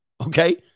Okay